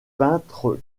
peintre